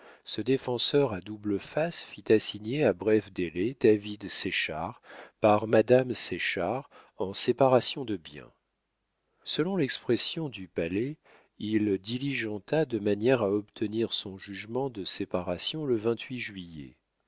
ce défenseur à double face fit assigner à bref délai david séchard par madame séchard en séparation de biens selon l'expression du palais il diligenta de manière à obtenir son jugement de séparation le juillet